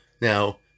Now